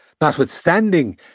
notwithstanding